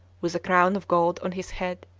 with a crown of gold on his head,